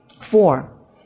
Four